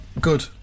Good